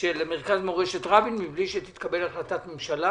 של מרכז מורשת שרון מבלי שתתקבל החלטת ממשלה,